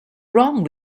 wrong